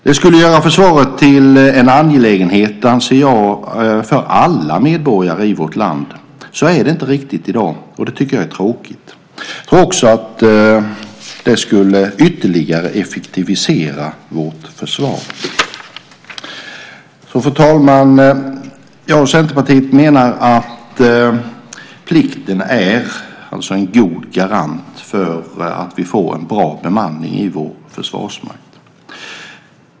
Det skulle göra försvaret till en angelägenhet för alla medborgare i vårt land. Så är det inte riktigt i dag, och det tycker jag är tråkigt. Jag tror också att det ytterligare skulle effektivisera vårt försvar. Fru talman! Jag och Centerpartiet menar alltså att plikten är en god garant för att vi får en bra bemanning i vår försvarsmakt.